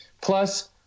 Plus